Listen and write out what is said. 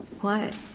quiet.